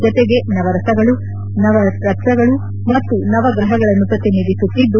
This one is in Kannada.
ಜತೆಗೆ ನವರಸಗಳು ನವರತ್ನಗಳು ಮತ್ತು ನವಗ್ರಹಗಳನ್ನು ಪ್ರತಿನಿದಿಸುತ್ತಿದ್ದು